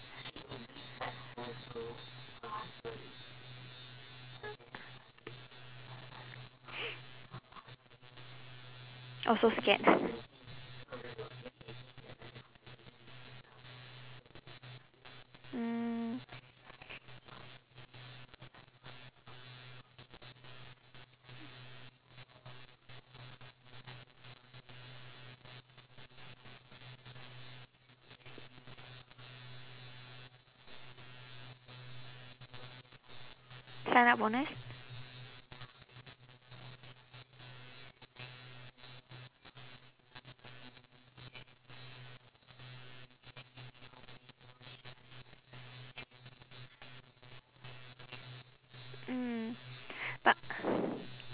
also scared mm sign up bonus mm but